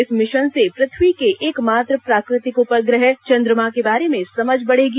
इस मिशन से पृथ्वी के एकमात्र प्राकृतिक उपग्रह चंद्रमा के बारे में समझ बढ़ेगी